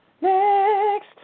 Next